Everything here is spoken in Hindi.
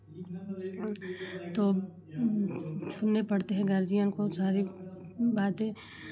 तो सुनने पड़ते हैं गार्जियन को सारी बातें